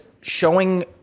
showing